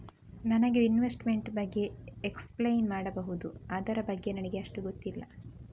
ನನಗೆ ಇನ್ವೆಸ್ಟ್ಮೆಂಟ್ ಬಗ್ಗೆ ಎಕ್ಸ್ಪ್ಲೈನ್ ಮಾಡಬಹುದು, ಅದರ ಬಗ್ಗೆ ನನಗೆ ಅಷ್ಟು ಗೊತ್ತಿಲ್ಲ?